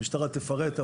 המשטרה תפרט,